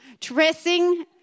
Dressing